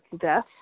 death